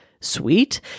sweet